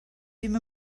ddim